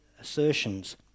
assertions